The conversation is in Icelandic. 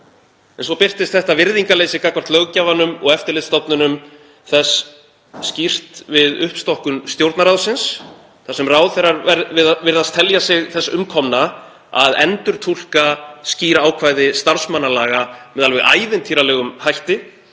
Svo birtist þetta virðingarleysi gagnvart löggjafanum og eftirlitsstofnunum hans skýrt við uppstokkun Stjórnarráðsins þar sem ráðherrar virðast telja sig þess umkomna að endurtúlka skýr ákvæði starfsmannalaga með alveg ævintýralegum hætti